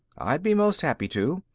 i'll be most happy to.